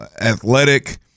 athletic